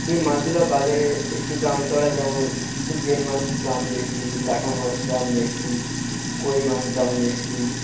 এই মাছগুলা বাজারে একটু দাম চড়া যেমন জিওল মাছ দাম বেশি ল্যাটা মাছ দাম বেশি কই মাছ দাম বেশি